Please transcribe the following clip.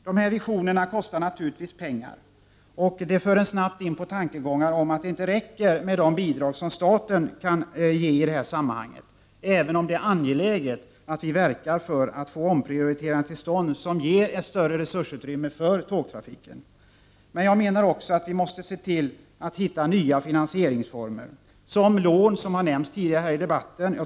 Dessa visioner om en utbyggd trafik kostar naturligtvis mycket pengar. Detta gör att man snabbt kommer in på tanken att det inte räcker med de bidrag som staten kan ge i det här sammanhanget, även om det är angeläget att vi verkar för att få till stånd omprioriteringar som ger ett större resursutrymme för tågtrafiken. Vi måste se till att hitta nya finansieringsformer. Ett exempel på en sådan är lån, vilket har nämnts tidigare i debatten.